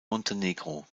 montenegro